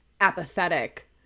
apathetic